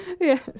Yes